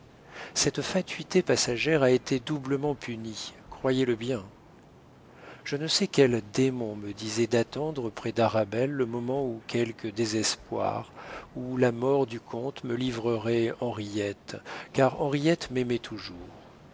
cette fatuité passagère a été doublement punie croyez-le bien je ne sais quel démon me disait d'attendre près d'arabelle le moment où quelque désespoir où la mort du comte me livrerait henriette car henriette m'aimait toujours